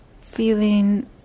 feeling